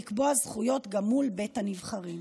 לקבוע זכויות גם מול בית הנבחרים.